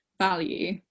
value